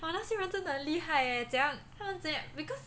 honestly right 真的很厉害 eh 怎样他们怎样 cause